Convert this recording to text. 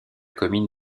commune